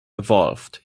evolved